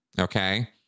Okay